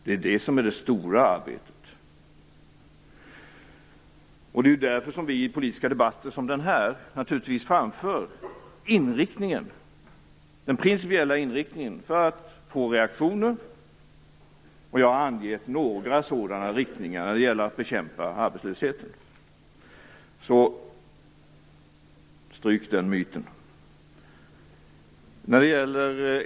Det är det som är det stora arbetet. Det är därför som vi i politiska debatter som den här framför den principiella inriktningen. Det gör vi för att få reaktioner. Jag har angivit några sådana inriktningar när det gäller att bekämpa arbetslösheten. Stryk alltså den myten!